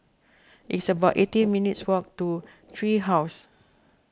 it's about eighteen minutes' walk to Tree House